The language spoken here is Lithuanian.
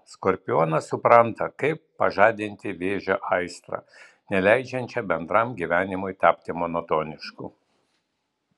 skorpionas supranta kaip pažadinti vėžio aistrą neleisiančią bendram gyvenimui tapti monotonišku